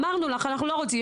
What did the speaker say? אמרנו לך: אנחנו לא רוצים.